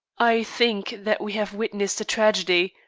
i think that we have witnessed a tragedy,